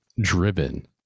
driven